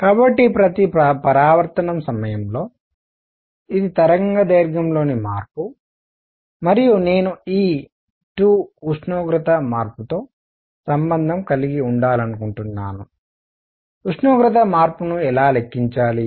కాబట్టి ప్రతి పరావర్తనం సమయంలో ఇది తరంగదైర్ఘ్యంలోని మార్పు మరియు నేను ఈ 2 ఉష్ణోగ్రత మార్పుతో సంబంధం కలిగి ఉండాలనుకుంటున్నాను ఉష్ణోగ్రత మార్పును ఎలా లెక్కించాలి